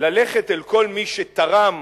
ללכת לכל מי שתרם